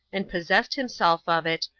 and possessed himself of it,